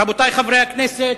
רבותי חברי הכנסת,